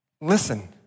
Listen